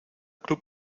club